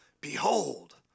Behold